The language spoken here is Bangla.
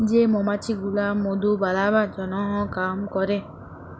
যে মমাছি গুলা মধু বালাবার জনহ কাম ক্যরে